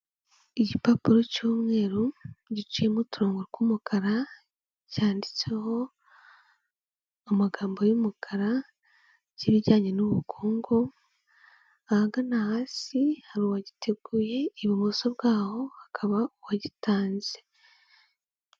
Igipapuro cy'umweru giciyemo uturongo tw'umukara cyanditseho amagambo y'umukara by'ibijyanye n'ubukungu, ahagana hasi hari uwagiteguye, ibumoso bwaho hakaba uwagitanze.